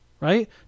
Right